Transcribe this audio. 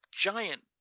giant